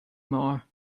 more